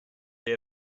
they